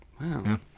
Wow